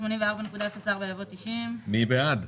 במקום 89.5 יבוא 98. מי בעד?